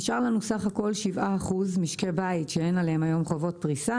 נשארו לנו בסך הכול 7 אחוזים משקי בית שאין עליהם היום חובות פריסה